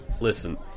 listen